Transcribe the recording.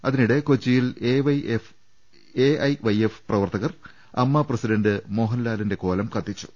അതിനിടെ കൊച്ചിയിൽ എഐവൈഎഫ് പ്രവർത്തകർ അമ്മ പ്രസിഡന്റ് മോഹൻലാലിന്റെ കോലം കത്തിച്ചു